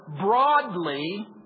broadly